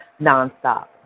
nonstop